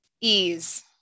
ease